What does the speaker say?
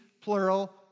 plural